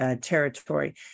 territory